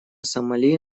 сомали